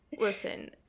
listen